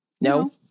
No